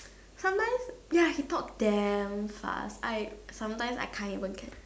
sometimes ya he talk damn fast I sometimes I can't even